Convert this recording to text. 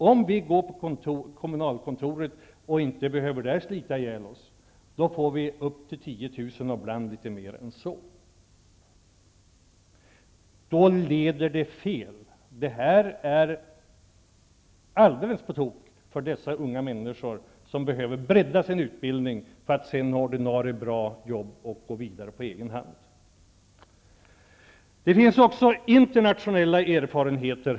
Om vi går till kommunalkontoret, där vi inte behöver slita ihjäl oss, får vi upp till 10 000 kr. och ibland litet mer än så. Detta leder fel. Det här är alldeles på tok för dessa unga människor, som behöver bredda sin utbildning för att sedan få bra ordinarie jobb och gå vidare på egen hand. Det finns också internationella erfarenheter.